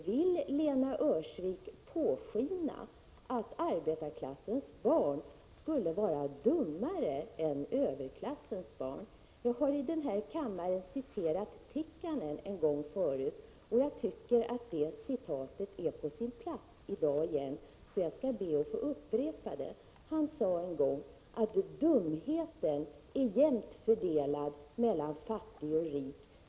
Vill Lena Öhrsvik låta påskina att arbetarklassens barn skulle vara dummare än överklassens barn? En gång har jag i den här kammaren citerat ett uttalande av Tikkanen. Jag skall i dag be att få upprepa uttalandet, eftersom jag tycker att det är på sin plats. Han sade att dumheten är jämnt fördelad mellan fattiga och rika.